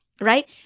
right